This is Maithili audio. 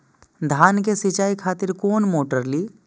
धान के सीचाई खातिर कोन मोटर ली?